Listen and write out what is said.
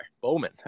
Bowman